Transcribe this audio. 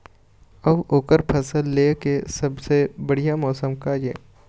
अऊ ओकर फसल लेय के सबसे बढ़िया मौसम का ये?